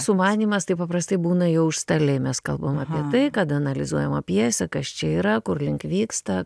sumanymas tai paprastai būna jau užstalėj mes kalbam apie tai kada analizuojama pjesė kas čia yra kur link vyksta